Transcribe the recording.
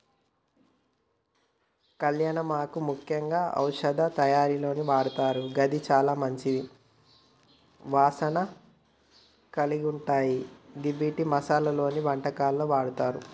కళ్యామాకు ముఖ్యంగా ఔషధ తయారీలో వాడతారు గిది చాల మంచి వాసన కలిగుంటాయ గివ్విటిని మసాలలో, వంటకాల్లో వాడతారు